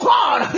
God